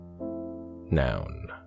noun